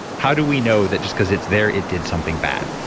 how do we know that just because it's there, it did something bad?